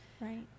right